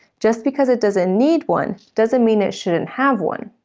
just because it doesn't need one doesn't mean it shouldn't have one.